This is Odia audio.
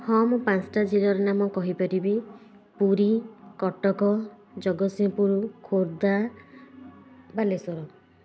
ହଁ ମୁଁ ପାଞ୍ଚଟା ଜିଲ୍ଲାର ନାମ କହିପାରିବି ପୁରୀ କଟକ ଜଗତସିଂହପୁର ଖୋର୍ଦ୍ଧା ବାଲେଶ୍ୱର